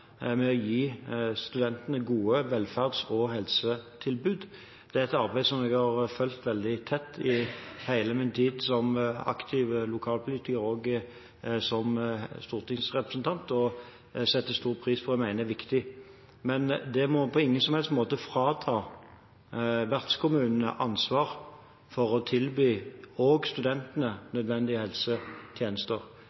med å gi studentene gode velferds- og helsetilbud. Det er et arbeid jeg har fulgt veldig tett i hele min tid som aktiv lokalpolitiker og som stortingsrepresentant, og jeg setter stor pris på det og mener det er viktig. Men det må på ingen som helst måte frata vertskommunene ansvar for å tilby også studentene